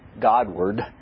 Godward